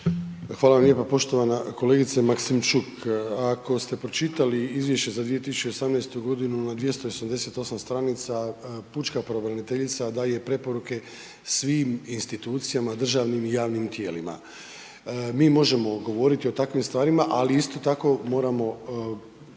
Hvala lijepo poštovana kolegice Maksimčuk. Ako ste pročitali izvješće za 2018. g. na 288 stranica pučka pravobraniteljica daje preporuke svim institucijama, državnim i javnih tijelima. Mi možemo govoriti o takvim stvarima, ali isto tako moramo